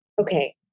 Okay